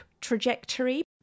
Trajectory